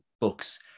books